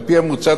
על-פי המוצע,